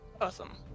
Awesome